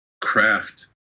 craft